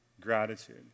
gratitude